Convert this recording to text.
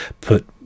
put